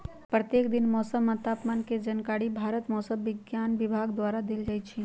प्रत्येक दिन मौसम आ तापमान के जानकारी भारत मौसम विज्ञान विभाग द्वारा देल जाइ छइ